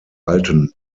alten